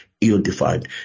ill-defined